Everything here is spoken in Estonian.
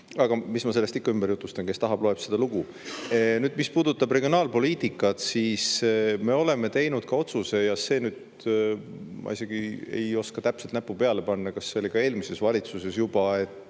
Aga mis ma sellest ikka ümber jutustan. Kes tahab, loeb seda lugu. Nüüd, mis puudutab regionaalpoliitikat, me oleme teinud ka otsuse. Ma isegi ei oska täpselt näppu peale panna, kas see oli juba eelmises valitsuses. Me